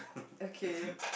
okay